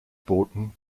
booten